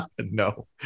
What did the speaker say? No